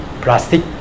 plastic